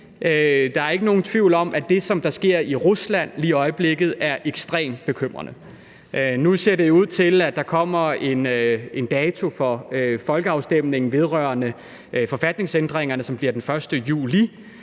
Der er ikke nogen tvivl om, at det, som der sker i Rusland lige i øjeblikket, er ekstremt bekymrende. Nu ser det ud til, at der kommer en dato for folkeafstemning vedrørende forfatningsændringerne, som bliver den 1. juli.